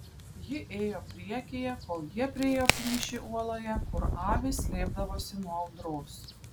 ji ėjo priekyje kol jie priėjo plyšį uoloje kur avys slėpdavosi nuo audros